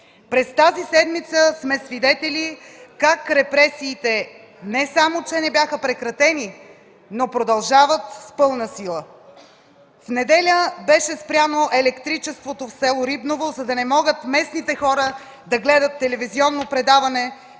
през тази седмица сме свидетели как репресиите не само че не бяха прекратени, но продължават с пълна сила. В неделя беше спряно електричеството в с. Рибново, за да не могат местните хора да гледат телевизионно предаване,